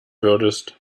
würdest